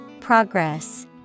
Progress